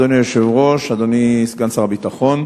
אדוני היושב-ראש, תודה, אדוני סגן שר הביטחון,